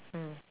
mm